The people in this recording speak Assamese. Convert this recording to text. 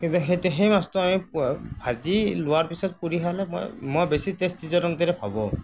সেই সেই মাছটো আমি ভাজি লোৱাৰ পিছত পুৰি খাবলৈ মই মই বেছি টেষ্টি যেন ভাবোঁ